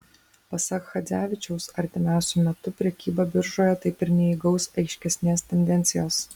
pasak chadzevičiaus artimiausiu metu prekyba biržoje taip ir neįgaus aiškesnės tendencijos